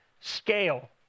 scale